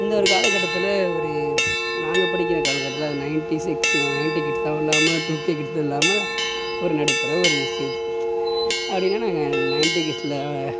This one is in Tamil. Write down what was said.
அந்த ஒரு காலக்கட்டத்தில் ஒரு நாங்கள் படிக்கிற காலக்கட்டத்தில் அது நைன்டிஸ் கிட்ஸும் இல்லாமல் ஒரு டூகே கிட்ஸும் இல்லாமல் ஒரு நடுத்தர ஒரு ஸ்டேஜ் அப்படின்னா நாங்கள் நைன்டி கிட்ஸ்ல